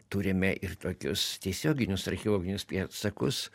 turime ir tokius tiesioginius archeologinius pėdsakus